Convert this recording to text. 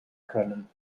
können